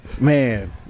Man